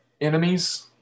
Enemies